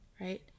right